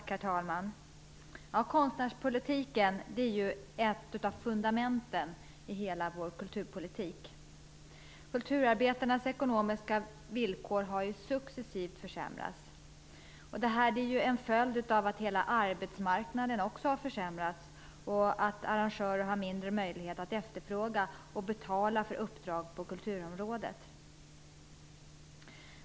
Herr talman! Konstnärspolitiken är ett av fundamenten i hela vår kulturpolitik. Kulturarbetarnas ekonomiska villkor har successivt försämrats. Det är en följd av att hela arbetsmarknaden har försämrats och att arrangörer har mindre möjlighet att efterfråga och betala för uppdrag på kulturområdet.